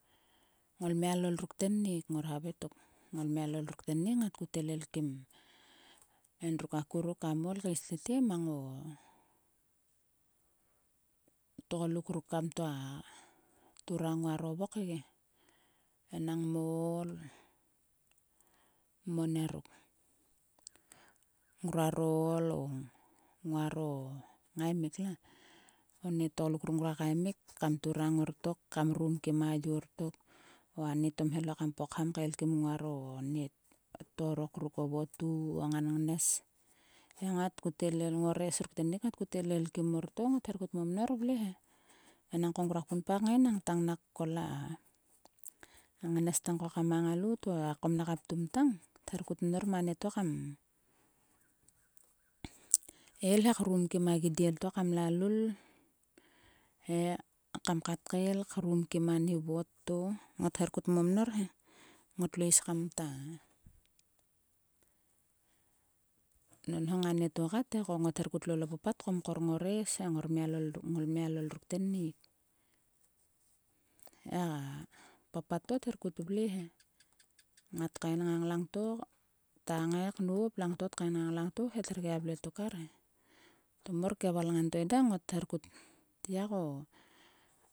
Â ngolmialol ruk tennik. ngora havoi tok. Ngolmialol ruk tennik ngat kut elelkim endruk akuruk kam ol keis tete mang o tgoluk ruk kam ktua turang nguaro vok ge. Enang mo ool. mo nieruk. Ngroaro ool o nguaro ngaimik la. Oni tgoluk ruk kmemik kam turang ngor tok. Kam rum kim a yor tok. O ani tomhelo kam pokham kael kim nguaro ni torok ruk. O votu. o o ngannes. He ngat kut el el ngores ruk tennik ngat kut elelkim mor to ngot kut momnor vle he. Enangko ngruak punpa kungai nang tang nak kol a ngnes tang ko ekam a ngalout. O a kom naka ptum tang. Ther kut mnor ma nieto kam el he krum kim a gidiel to kam la luul. He kam kat kael krum kim ani vot to. Ngot her kut momnor he. Ngot lo is kamta nonhong anieto kat e. Ko ngot her kut lol o papat mkor ngores he. Ngormialo ngolmialol ruk tennik. He a papatâ to ther kut vle he. Ngat kaen ngang langto ta ngai knop. Langto tkaenngang langto he ther gia vle tok arche. To mor ke valngan to eda ngot her kut ya ko.